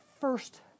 first